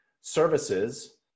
Services